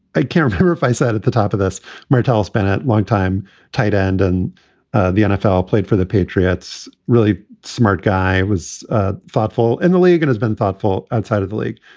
i can't hear if i said at the top of this martellus bennett longtime tight end and ah the nfl played for the patriots. really smart guy. was ah thoughtful in the league and has been thoughtful outside of the league.